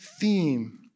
theme